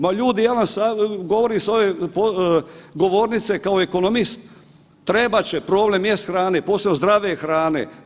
Ma ljudi ja vam govorim s ove govornice kao ekonomist, trebat će problem jest hrane, posebno zdrave hrane.